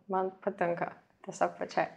man patinka tiesiog pačiai